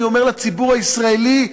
אני אומר לציבור הישראלי,